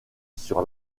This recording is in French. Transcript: sur